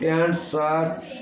pant shirt